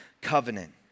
covenant